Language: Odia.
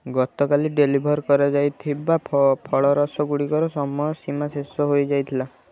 ଗତକାଲି ଡେଲିଭର୍ କରାଯାଇଥିବା ଫଳରସ ଗୁଡ଼ିକର ସମୟ ସୀମା ଶେଷ ହୋଇଯାଇଥିଲା